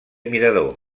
mirador